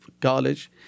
college